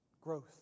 Growth